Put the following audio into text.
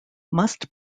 must